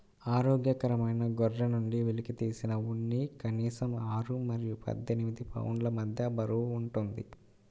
ఆరోగ్యకరమైన గొర్రె నుండి వెలికితీసిన ఉన్ని కనీసం ఆరు మరియు పద్దెనిమిది పౌండ్ల మధ్య బరువు ఉంటుంది